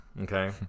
okay